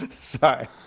Sorry